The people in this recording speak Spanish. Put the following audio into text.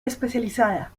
especializada